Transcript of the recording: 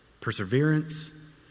Perseverance